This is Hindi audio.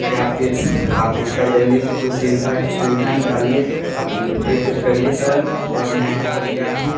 या फिर आप इसका जल्दी से कोई सुविधा सुविधा निकालिए आप मेरे लिए कुछ करिए सर और मैं यहाँ फस गया हूँ